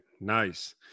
Nice